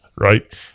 right